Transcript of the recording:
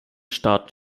staaten